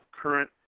current